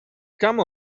come